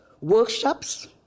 workshops